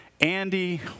Andy